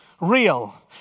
real